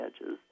edges